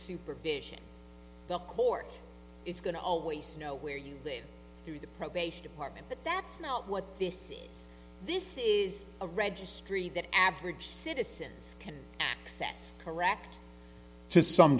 supervision the court is going to always know where you live through the probation department but that's not what this is this is a registry that average citizens can access correct to some